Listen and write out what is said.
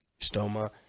Stoma